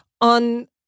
on